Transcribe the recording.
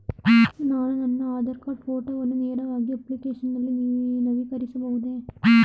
ನಾನು ನನ್ನ ಆಧಾರ್ ಕಾರ್ಡ್ ಫೋಟೋವನ್ನು ನೇರವಾಗಿ ಅಪ್ಲಿಕೇಶನ್ ನಲ್ಲಿ ನವೀಕರಿಸಬಹುದೇ?